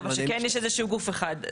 אבל כן יש איזשהו גוף אחד.